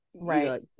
right